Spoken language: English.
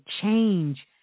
change